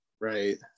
Right